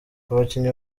abakinnyi